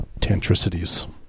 tantricities